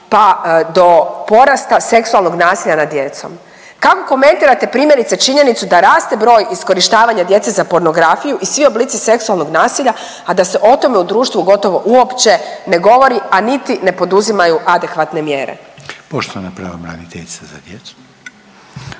pa do porasta seksualnog nasilja nad djecom. Kako komentirate primjerice činjenicu da raste broj iskorištavanja djece za pornografiju i svi oblici seksualnog nasilja, a da se o tome u društvu gotovo uopće ne govori, a niti ne poduzimaju adekvatne mjere. **Reiner, Željko